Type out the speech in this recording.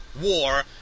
war